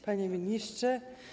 Panie Ministrze!